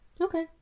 Okay